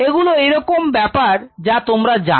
এগুলো এরকম ব্যাপার যা তোমরা জান